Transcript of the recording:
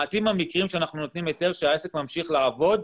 מעטים המקרים שאנחנו נותנים היתר שהעסק ממשיך לעבוד,